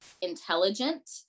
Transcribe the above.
intelligent